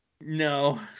No